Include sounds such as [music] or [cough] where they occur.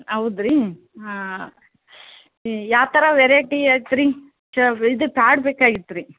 ಹೌದ್ ರೀ ಹಾಂ ಯಾವ ಥರ ವೆರೈಟಿ ಐತೆ ರೀ [unintelligible] ಇದು ಪ್ಯಾಡ್ ಬೇಕಾಗಿತ್ತು ರೀ